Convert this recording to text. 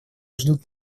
ждут